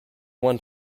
went